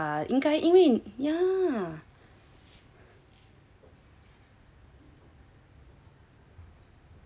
太随便了吧应该因为 yeah